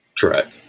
Correct